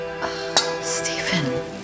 Stephen